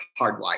hardwired